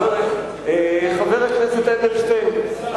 חבר הכנסת אדלשטיין,